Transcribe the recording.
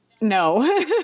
No